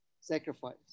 sacrifice